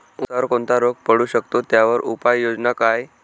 ऊसावर कोणता रोग पडू शकतो, त्यावर उपाययोजना काय?